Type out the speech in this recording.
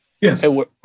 yes